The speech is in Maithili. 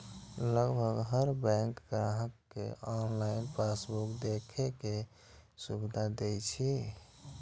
लगभग हर बैंक ग्राहक कें ऑनलाइन पासबुक देखै के सुविधा दै छै